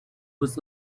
was